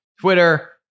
Twitter